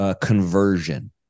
conversion